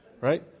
right